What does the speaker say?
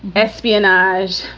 espionage,